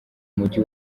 mujyi